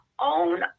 own